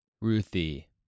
Ruthie